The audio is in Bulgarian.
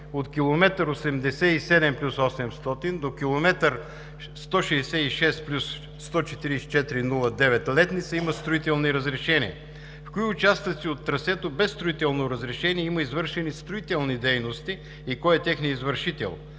от км 87+800 до км 166+14409 Летница има строителни разрешения? В кои участъци от трасето без строително разрешение има извършени строителни дейности и кой е техният извършител?